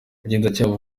ubugenzacyaha